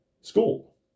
school